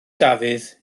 dafydd